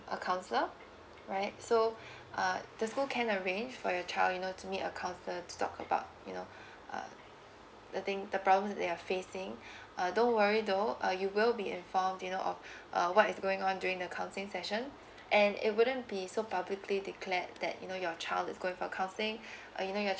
a counsellor right so uh the school can arrange for your child you know to meet a counsellor to talk about you know uh the thing the problems they are facing uh don't worry though uh you will be informed you know of uh what is going on during the counselling session and it wouldn't be so publicly declared that you know your child is going for counseling uh you know your